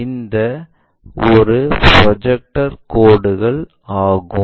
இந்த ஒரு புரோஜெக்டட் கோடுகள் ஆகும்